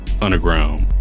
underground